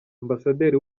ambasaderi